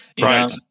Right